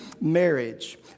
marriage